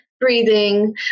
breathing